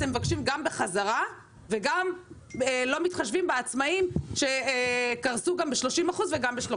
אתם מבקשים גם בחזרה וגם לא מתחשבים בעצמאים שקרסו גם ב-30% וגם ב-35%.